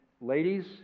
ladies